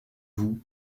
vous